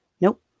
Nope